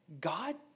God